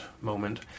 moment